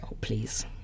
please